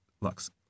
lux